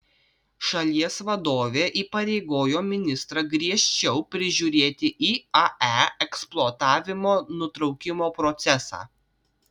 šalies vadovė įpareigojo ministrą griežčiau prižiūrėti iae eksploatavimo nutraukimo procesą